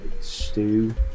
Stew